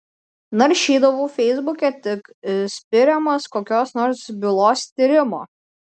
naršydavau feisbuke tik spiriamas kokios nors bylos tyrimo